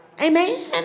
amen